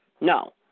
No